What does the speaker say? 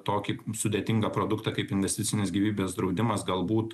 tokį sudėtingą produktą kaip investicinis gyvybės draudimas galbūt